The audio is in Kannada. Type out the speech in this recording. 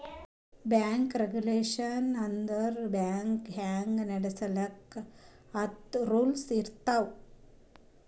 ಬ್ಯಾಂಕ್ ರೇಗುಲೇಷನ್ ಅಂದುರ್ ಬ್ಯಾಂಕ್ ಹ್ಯಾಂಗ್ ನಡುಸ್ಬೇಕ್ ಅಂತ್ ರೂಲ್ಸ್ ಇರ್ತಾವ್